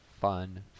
fun